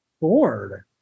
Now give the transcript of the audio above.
bored